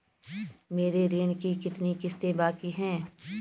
मेरे ऋण की कितनी किश्तें बाकी हैं?